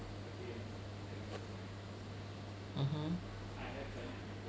mmhmm